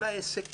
אולי הישג קטן,